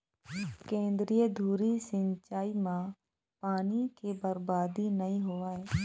केंद्रीय धुरी सिंचई म पानी के बरबादी नइ होवय